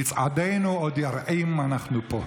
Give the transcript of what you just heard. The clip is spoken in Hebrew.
"ומצעדנו עוד ירעים: אנחנו פה".